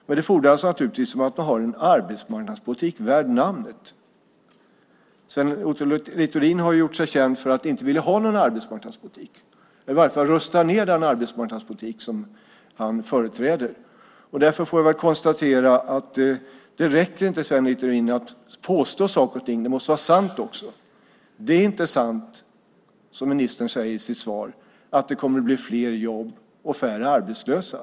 Men det fordrar naturligtvis att man har en arbetsmarknadspolitik värd namnet. Sven Otto Littorin har gjort sig känd för att inte vilja ha någon arbetsmarknadspolitik. I varje fall rustar han ned den arbetsmarknadspolitik som han företräder. Det räcker inte, Sven Otto Littorin, att påstå saker och ting. Det måste vara sant också. Det är inte sant, som ministern säger i sitt svar, att det kommer att bli fler jobb och färre arbetslösa.